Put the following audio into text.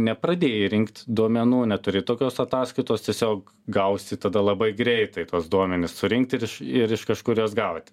nepradėjai rinkt duomenų neturi tokios ataskaitos tiesiog gausi tada labai greitai tuos duomenis surinkt ir ir iš kažkur juos gaut